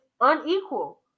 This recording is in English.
unequal